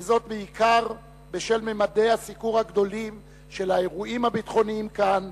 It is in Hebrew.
וזאת בעיקר בשל ממדי הסיקור הגדולים של האירועים הביטחוניים כאן,